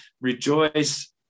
Rejoice